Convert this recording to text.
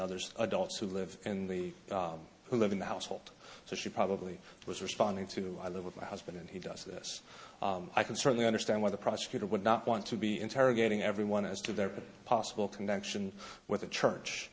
others adults who live in the who live in the household so she probably was responding to i live with my husband and he does this i can certainly understand why the prosecutor would not want to be interrogating everyone as to their possible connection with the church